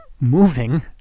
moving